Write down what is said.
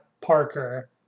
Parker